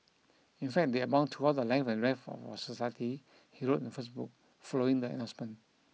in fact they abound throughout the length and breadth of our society he wrote on Facebook following the announcement